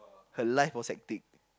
her life was hectic